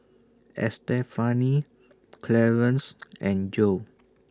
Estefani Clarence and Joe